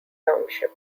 township